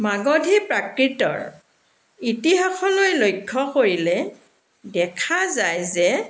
মাগধী প্ৰাকৃতৰ ইতিহাসলৈ লক্ষ্য কৰিলে দেখা যায় যে